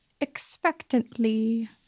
expectantly